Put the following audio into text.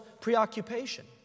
preoccupation